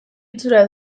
itxura